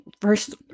first